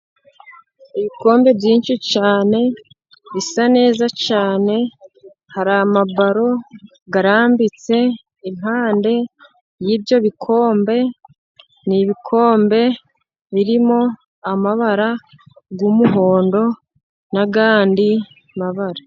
Ibikombe byinshi cyane ,bisa neza cyane ,hari amabalo arambitse impande y'ibyo bikombe. Ni ibikombe birimo amabara y'umuhondo n'andi mabara.